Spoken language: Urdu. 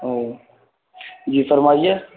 ہلو جی پھرمائیے